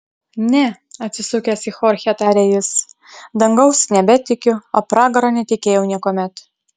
ne atsisukęs į chorchę tarė jis dangaus nebetikiu o pragaro netikėjau niekuomet